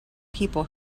people